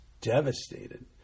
devastated